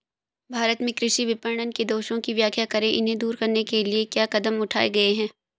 भारत में कृषि विपणन के दोषों की व्याख्या करें इन्हें दूर करने के लिए क्या कदम उठाए गए हैं?